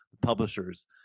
publishers